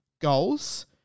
goals